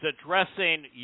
addressing